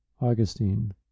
Augustine